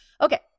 Okay